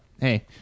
hey